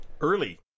early